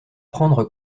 prendre